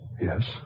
Yes